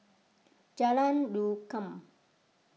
Jalan Rukam